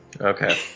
Okay